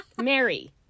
Mary